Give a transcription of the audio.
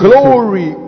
Glory